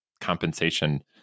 compensation